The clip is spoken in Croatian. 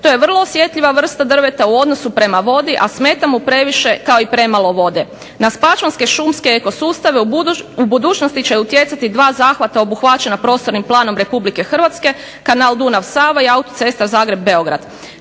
To je vrlo osjetljiva vrsta drveta u odnosu prema vodi, a smeta mu previše kao i premalo vode. Na spačvanske šumske eko sustave u budućnosti će utjecati dva zahvata obuhvaćena Prostornim planom Republike Hrvatske, kanal Dunav-Sava i autocesta Zagreb-Beograd.